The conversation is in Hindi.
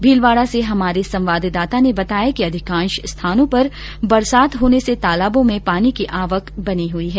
भीलवाड़ा से हमारे संवाददाता र्न बताया कि अधिकांश स्थानों पर बरसात होने से तालावों में पानी की आवक बनी हुई है